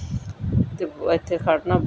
ਅਤੇ ਇੱਥੇ ਖੜ੍ਹਨਾ